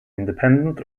independent